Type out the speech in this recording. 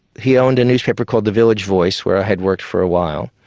he owned a newspaper called the village voice where i had worked for a while.